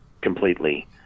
completely